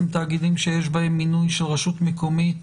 שיש בהם מינוי של רשות מקומית